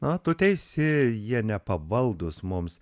na tu teisi jie nepavaldūs mums